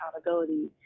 accountability